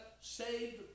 saved